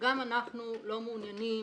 גם אנחנו לא מעוניינים